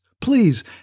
please